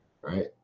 right